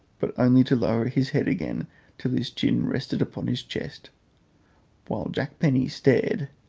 but only to lower his head again till his chin rested upon his breast while jack penny stared,